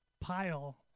pile